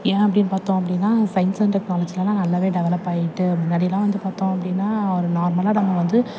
ஏன் அப்படின்னு பார்த்தோம் அப்படின்னா சயின்ஸ் அண்ட் டெக்னாலஜிலலாம் நல்லாவே டெவலப் ஆகிட்டு முன்னாடிலாம் வந்து பார்த்தோம் அப்படின்னா ஒரு நார்மலா நம்ம வந்து